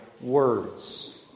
words